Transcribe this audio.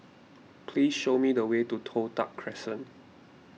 please show me the way to Toh Tuck Crescent